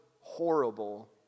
horrible